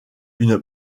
une